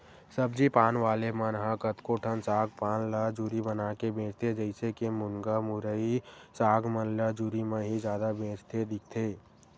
सब्जी पान वाले मन ह कतको ठन साग पान ल जुरी बनाके बेंचथे, जइसे के मुनगा, मुरई, साग मन ल जुरी म ही जादा बेंचत दिखथे